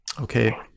Okay